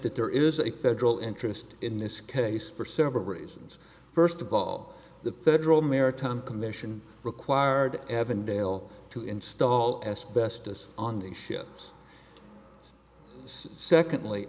that there is a federal interest in this case for several reasons first of all the federal maritime commission required avondale to install asbestos on the ships secondly